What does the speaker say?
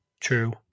True